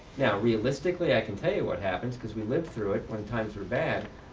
now, realistically i can tell you what happens because we lived through it when times were bad.